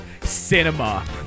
cinema